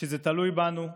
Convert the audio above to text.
שזה תלוי בנו,